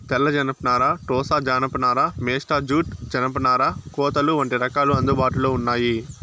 తెల్ల జనపనార, టోసా జానప నార, మేస్టా జూట్, జనపనార కోతలు వంటి రకాలు అందుబాటులో ఉన్నాయి